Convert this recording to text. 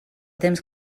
temps